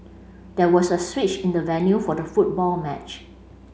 there was a switch in the venue for the football match